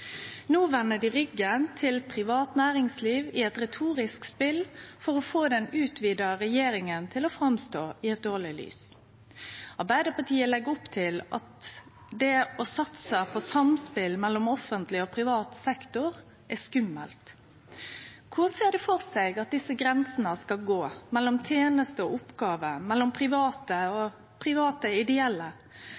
vender dei ryggen til privat næringsliv i eit retorisk spel for å få den utvida regjeringa til å framstå i eit dårleg lys. Arbeidarpartiet legg opp til at det å satse på samspel mellom offentleg og privat sektor er skummelt. Kvar ser dei for seg at grensene skal gå, mellom tenester og oppgåver, mellom private og